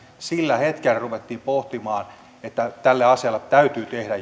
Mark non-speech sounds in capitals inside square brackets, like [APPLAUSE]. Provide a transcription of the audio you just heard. sillä hetkellä ruvettiin pohtimaan että tälle asialle täytyy tehdä [UNINTELLIGIBLE]